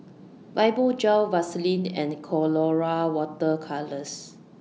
Fibogel Vaselin and Colora Water Colours